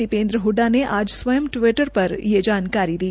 दीपेन्द्र हड्डा ने आज स्वयं टवीटर पर ये जानकारी दी